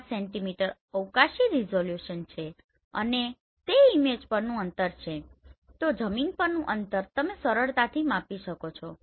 5 centimetre અવકાશી resolution છે અને તે ઈમેજ પરનુ અંતર છે તો જમીન પરનુ અંતર તમે સરળતાથી માપી શકો છો